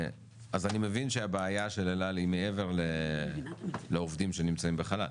אז אני מבין שהבעיה של אל על היא מעבר לעובדים שנמצאים בחל"ת.